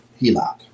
HELOC